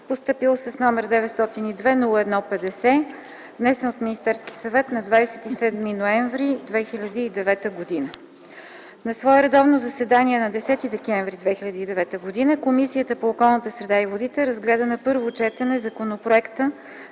организми, № 902-01-50, внесен от Министерския съвет на 27 ноември 2009 г. На свое редовно заседание от 10 декември 2009 г. Комисията по околната среда и водите разгледа на първо четене Законопроекта